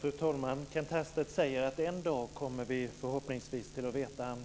Fru talman! Kenth Härstedt säger att en dag kommer vi förhoppningsvis att få veta det, han